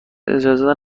اجازه